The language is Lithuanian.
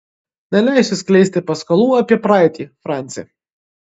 neleisiu skleisti paskalų apie praeitį franci